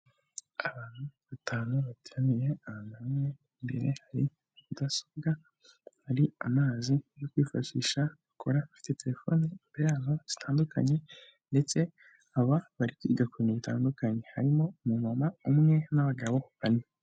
Abantu batanu bateraniye ahantu hamwe, imbere hari mudasobwa hari amazi yo kwifashisha bakora, bafite telefone imbere yabo zitandukanye ndetse aba bari kwiga ku bintu bitandukanye harimo umumama umwe n'abagabo bane.